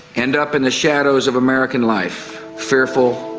end up in the shadows of american life, fearful,